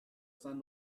sun